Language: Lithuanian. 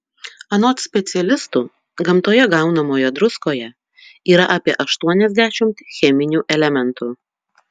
anot specialistų gamtoje gaunamoje druskoje yra apie aštuoniasdešimt cheminių elementų